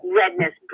redness